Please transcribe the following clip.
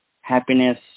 happiness